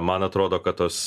man atrodo kad tos